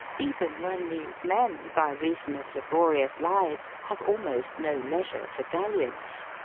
even when these men by reason of laborious lives have almost no leisure for dalliance.